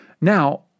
Now